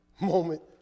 moment